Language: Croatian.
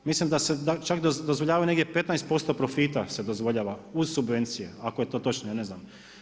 Mislim da se dozvoljavaju negdje 15% profita se dozvoljava uz subvencije ako je to točno, ja ne znam.